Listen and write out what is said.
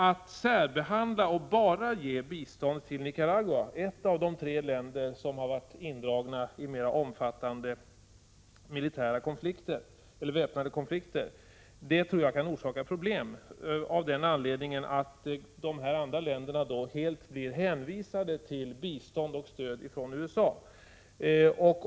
Att särbehandla och bara ge bistånd till Nicaragua, ett av de tre länder som har varit indragna i mera omfattande väpnade konflikter, kan orsaka problem, av den anledningen att de andra länderna helt hänvisas till bistånd och stöd från USA.